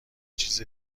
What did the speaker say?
چیز